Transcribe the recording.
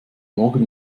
morgen